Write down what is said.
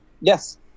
Yes